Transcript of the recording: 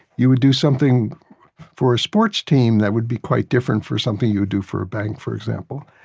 you would do something for a sports team that would be quite different for something you would do for a bank, for example.